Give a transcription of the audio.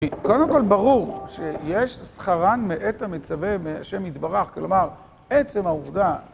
קודם כל ברור שיש שכרן מעת המצווה מה' מתברך, כלומר, עצם העובדה...